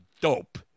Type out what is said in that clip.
dope